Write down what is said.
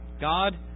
God